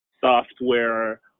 software